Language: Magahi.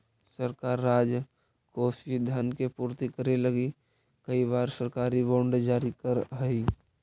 सरकार राजकोषीय धन के पूर्ति करे लगी कई बार सरकारी बॉन्ड जारी करऽ हई